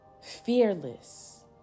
Fearless